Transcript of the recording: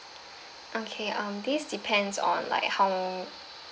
okay um this depends on like how